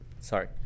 sorry